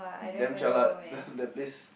damn jialat let's look that place